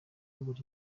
uyobora